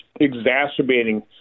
exacerbating